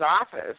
office